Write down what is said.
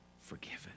Forgiven